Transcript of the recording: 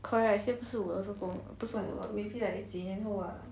correct 所以不是我的做工不是我的做工